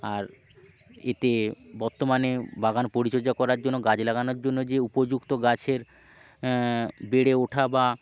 আর এতে বর্তমানে বাগান পরিচর্যা করার জন্য গাছ লাগানোর জন্য যে উপযুক্ত গাছের বেড়ে ওঠা বা